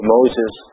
Moses